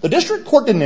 the district court didn't